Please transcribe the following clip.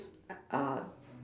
are